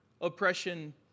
oppression